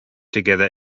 together